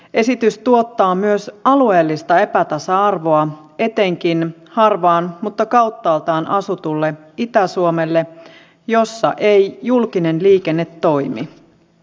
esitys tuottaa myös alueellista epätasa arvoa etenkin harvaan mutta kauttaaltaan asutulle itä suomelle jossa ei julkinen liikenne toimi